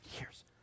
years